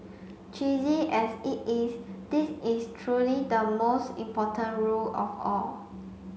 cheesy as it is this is truly the most important rule of all